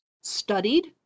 studied